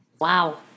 Wow